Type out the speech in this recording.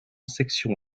section